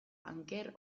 anker